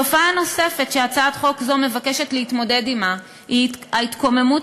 תופעה נוספת שהצעת חוק זו מבקשת להתמודד עמה היא ההתקוממות